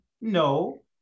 no